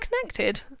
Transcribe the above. connected